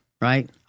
right